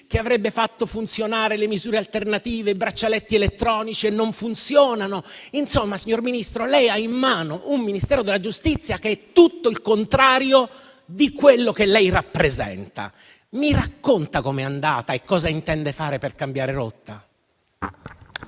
che avrebbe fatto funzionare le misure alternative (e i braccialetti elettronici non funzionano). Insomma, signor Ministro, lei ha in mano un Ministero della giustizia che è tutto il contrario di quello che lei rappresenta: mi racconta come è andata e cosa intende fare per cambiare rotta?